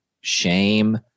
shame